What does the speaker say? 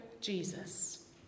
Jesus